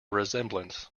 resemblance